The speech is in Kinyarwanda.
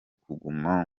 kuguma